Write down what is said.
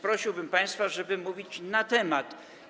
Prosiłbym państwa, żeby mówić na temat.